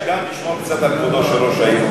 אני מציע שגם נשמור קצת על כבודו של ראש העיר.